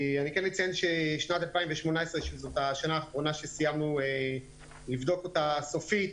אני אציין שבשנת 2018 שזו השנה האחרונה שסיימנו לבדוק אותה סופית